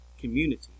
community